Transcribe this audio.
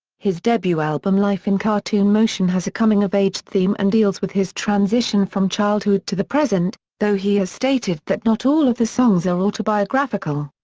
his debut album life in cartoon motion has a coming of age theme and deals with his transition from childhood to the present, though he has stated that not all of the songs are autobiographical.